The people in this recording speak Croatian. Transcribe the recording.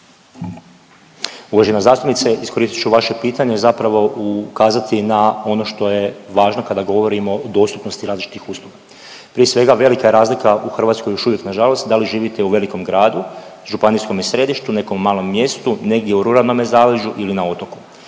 Uvažena zastupnice, iskoristit ću vaše pitanje zapravo ukazati na ono što je važno kada govorimo o dostupnosti različitih usluga. Prije svega, velika je razlika u Hrvatskoj još uvijek nažalost, da li živite u velikom gradu, županijskome središtu, nekom malom mjestu, negdje u ruralnome zaleđu ili otoku.